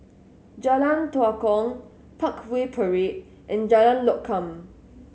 Jalan Tua Kong Parkway Parade and Jalan Lokam